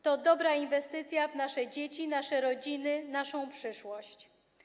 To dobra inwestycja w nasze dzieci, nasze rodziny, naszą przyszłość.